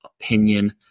opinion